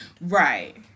right